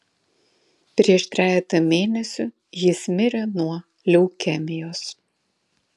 prieš trejetą mėnesių jis mirė nuo leukemijos